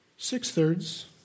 Six-thirds